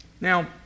Now